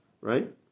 right